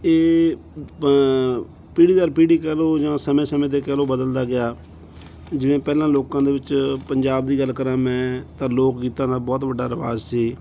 ਇਹ ਪੀੜ੍ਹੀ ਦਰ ਪੀੜ੍ਹੀ ਕਹਿ ਲਓ ਜਾਂ ਸਮੇਂ ਸਮੇਂ 'ਤੇ ਕਹਿ ਲਓ ਬਦਲਦਾ ਗਿਆ ਜਿਵੇਂ ਪਹਿਲਾਂ ਲੋਕਾਂ ਦੇ ਵਿੱਚ ਪੰਜਾਬ ਦੀ ਗੱਲ ਕਰਾਂ ਮੈਂ ਤਾਂ ਲੋਕ ਗੀਤਾਂ ਦਾ ਬਹੁਤ ਵੱਡਾ ਰਿਵਾਜ਼ ਸੀ